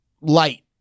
light